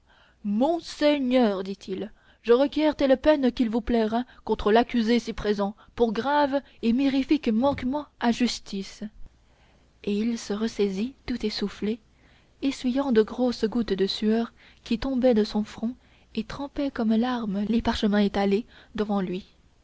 monseigneur dit-il je requiers telle peine qu'il vous plaira contre l'accusé ci présent pour grave et mirifique manquement à justice et il se rassit tout essoufflé essuyant de grosses gouttes de sueur qui tombaient de son front et trempaient comme larmes les parchemins étalés devant lui